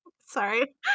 Sorry